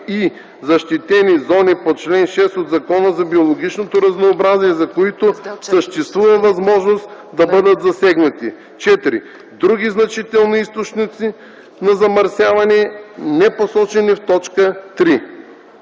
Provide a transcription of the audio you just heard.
и защитени зони по чл. 6 от Закона за биологичното разнообразие, за които съществува възможност да бъдат засегнати; 4. други значителни източници на замърсяване, непосочени в т. 3.